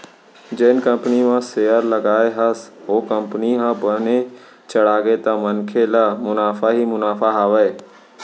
जेन कंपनी म सेयर लगाए हस ओ कंपनी ह बने चढ़गे त मनखे ल मुनाफा ही मुनाफा हावय